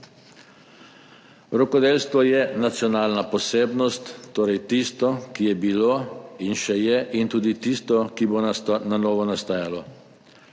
Rokodelstvo je nacionalna posebnost, torej tisto, ki je bilo in še je, in tudi tisto, ki bo na novo nastajalo.